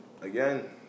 Again